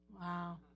Wow